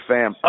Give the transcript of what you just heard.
Fam